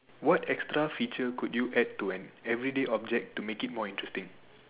what extra feature could you add to an everyday object to make it more interesting